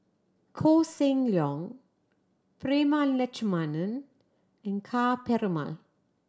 Koh Seng Leong Prema Letchumanan and Ka Perumal